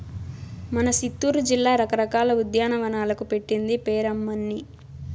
మన సిత్తూరు జిల్లా రకరకాల ఉద్యానవనాలకు పెట్టింది పేరమ్మన్నీ